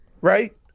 right